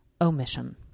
omission